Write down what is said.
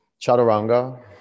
chaturanga